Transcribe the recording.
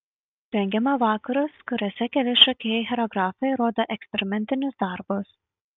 rengiame vakarus kuriuose keli šokėjai choreografai rodo eksperimentinius darbus